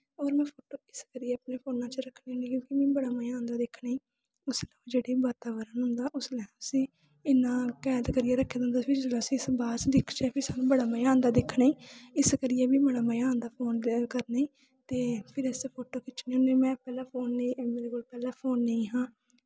होर में इस करियै फोटो अपने फोना च रक्खनी होन्नीं मजा आंदा दिक्खने गी जेह्ड़े वातावरण होंदा इ'यां कैद करियै रक्खे दा होंदा फिर उस्सी बाद च दिखचै फिर सानूं बड़ा मजा आंदा दिक्खने गी इस करियै मी बड़ा मजा आंदा फोन दे ओह् करने गी ते फिर अस फोटो खिच्चने होन्नें में पैह्लैं फोन नेईं हा